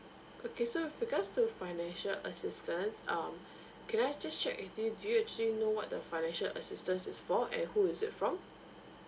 okay so with regards to financial assistance um can I just check with you do you actually know what the financial assistance is for and who is it from